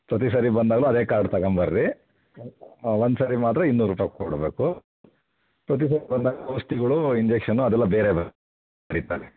ಪ್ರತಿ ಸಾರಿ ಬಂದಾಗಲೂ ಅದೇ ಕಾರ್ಡ್ ತಗೊಂಬರ್ರಿ ಒಂದು ಸಾರಿ ಮಾತ್ರ ಇನ್ನೂರು ರೂಪಾಯಿ ಕೊಡಬೇಕು ಪ್ರತಿ ಸಾರಿ ಬಂದಾಗ ಔಷಧಿಗಳು ಇಂಜೆಕ್ಷನ್ನು ಅದೆಲ್ಲ ಬೇರೆ ಬರೆ ಬರೀತಾರೆ